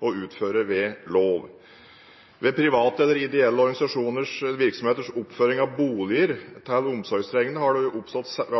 å utføre ved lov. Ved private eller ideelle virksomheters oppføring av boliger til omsorgstrengende har det